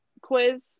quiz